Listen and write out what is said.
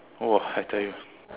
!wah! I tell you